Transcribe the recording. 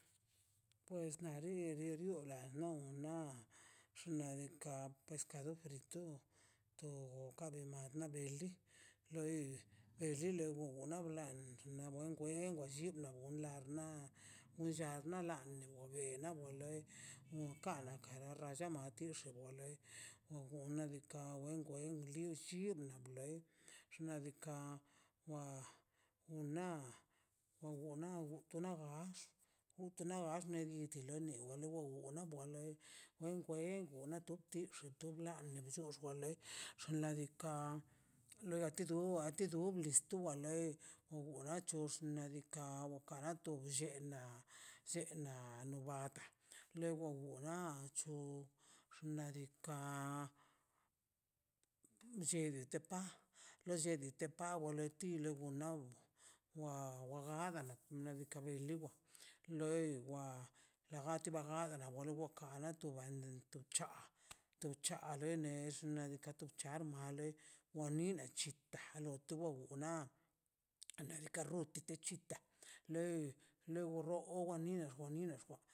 Pues nari ri liola no na xnaꞌ diikaꞌ pescado frito to kabe ma na beli loi be rilo na wbḻan xgo ben li lli wa ben ḻa wllan wia ḻa na weloi nunca da rralla mati tix wi loi xnaꞌ diikaꞌ wen wei llin wa lei xnaꞌ diikaꞌ wa una won wonga tona gax utana gax tile wa li wo onan bwalen wen kwego tix to bḻa ni bxox wale xnaꞌ diikaꞌ loga ti do listo wa le wnachox xnadika kara to chenla llenna nubat le won wa na nachu xnaꞌ diikaꞌ lled peka lo lled peka we le ti wnagun wa jajadan nida pekali li wa loi wa lagati lawa lawo nigokan anoti no na tu cha tu cha rrene xnaꞌ diika' wchale wani chitan wati wo na beka rrindig de chita le le warro o wanine xwani ne xgogwa.